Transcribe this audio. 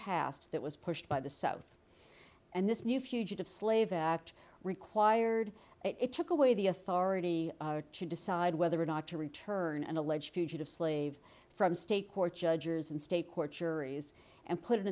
passed that was pushed by the south and this new fugitive slave act required it took away the authority to decide whether or not to return an alleged fugitive slave from state court judges and state courts juries and put i